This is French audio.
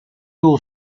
haut